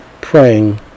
praying